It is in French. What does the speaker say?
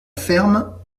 ferme